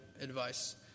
advice